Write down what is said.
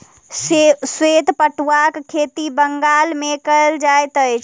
श्वेत पटुआक खेती बंगाल मे कयल जाइत अछि